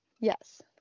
Yes